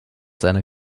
seiner